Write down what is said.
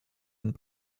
and